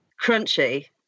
crunchy